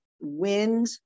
wind